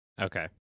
Okay